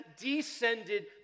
descended